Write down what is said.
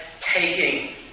taking